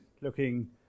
looking